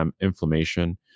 inflammation